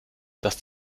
dass